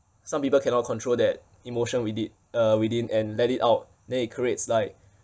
some people cannot control that emotion within uh within and let it out then it creates like